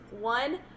one